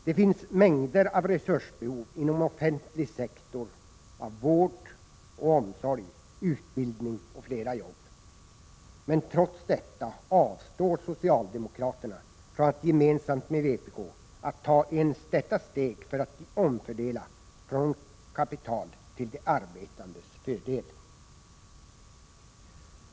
Det finns mängder av resursbehov inom offentlig sektor, av vård, omsorg, utbildning och flera jobb. Men trots detta avstår socialdemokraterna från att gemensamt med vpk ta ens detta steg för att omfördela från kapital till de arbetandes fördel.